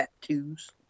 tattoos